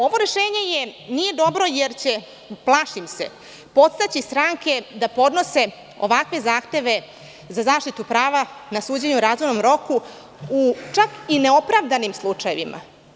Ovo rešenje nije dobro jer će, plašim se, postojeće stranke da podnose ovakve zahteve za zaštitu prava na suđenje u razumnom roku u neopravdanim slučajevima.